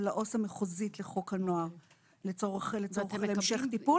ולעו"ס המחוזית לחוק הנוער לצורך המשך טיפול.